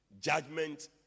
judgment